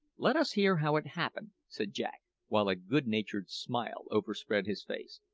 let us hear how it happened, said jack, while a good-natured smile overspread his face.